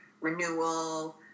renewal